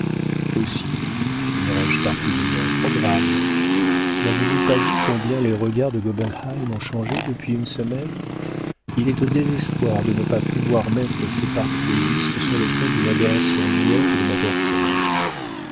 aussi finirai je par publier un programme n'avez-vous pas vu combien les regards de gobenheim ont changé depuis une semaine il est au désespoir de ne pas pouvoir mettre ses parties de whist sur le compte d'une adoration muette de ma personne